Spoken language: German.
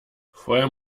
vorher